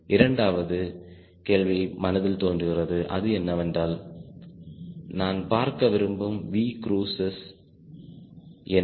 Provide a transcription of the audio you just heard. இரண்டாவது கேள்வி மனதில் தோன்றுகிறது அது என்னவென்றால் நான் பார்க்க விரும்பும் V குரூஸஸ் என்ன